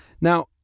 now